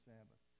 Sabbath